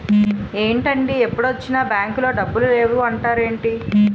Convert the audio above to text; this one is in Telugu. ఏంటండీ ఎప్పుడొచ్చినా బాంకులో డబ్బులు లేవు అంటారేంటీ?